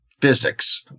physics